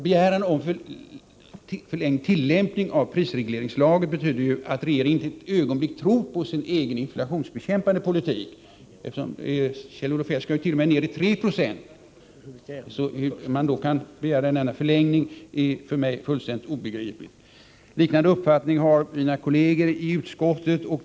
/ Begäran om förlängd tillämpning av prisregleringslagen betyder att regeringen inte ett ögonblick tror på sin egen inflationsbekämpande politik. Kjell-Olof Feldt skall ju t.o.m. ned till 3 26. Hur man då kan begära denna förlängning är för mig fullständigt obegripligt. Liknande uppfattning har mina kolleger i utskottet.